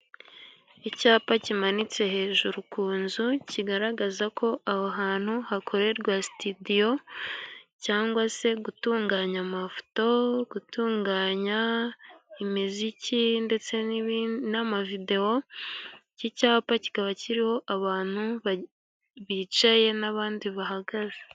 Icapa kimanitse hejuru ku nzu kigaragaza, ko aho hantu hakorerwa sitidiyo, cyangwa se gutunganya amafoto, gutunganya imiziki, ndetse n' amavidewo, ik' icapa kikaba kiriho abantu bicaye n' abandi bahagaze.